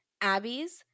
Abby's